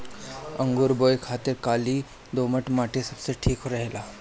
अंगूर बोए खातिर काली दोमट माटी सबसे ठीक रहेला